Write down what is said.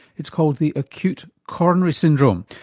it's called the acute coronary syndrome.